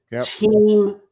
team